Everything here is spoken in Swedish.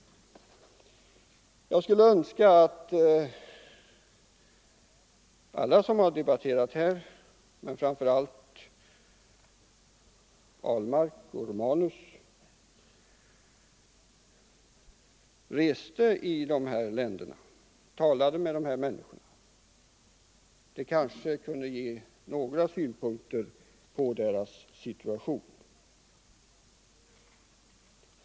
Jag skulle önska att alla som har debatterat här, framför allt herrar Ahlmark och Romanus, reste till de länder som det här gäller och talade med människorna där. Det kanske kunde ge några nya synpunkter på de människornas situation.